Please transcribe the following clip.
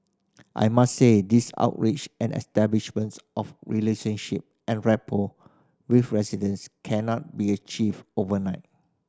I must say these outreach and establishment of relationship and rapport with residents cannot be achieved overnight